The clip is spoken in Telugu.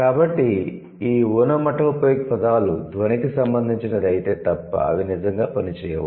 కాబట్టి ఈ ఒనోమాటోపోయిక్ పదాలు ధ్వనికి సంబంధించినది అయితే తప్ప అవి నిజంగా పనిచేయవు